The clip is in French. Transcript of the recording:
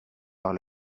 par